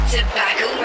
Tobacco